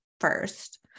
first